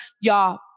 y'all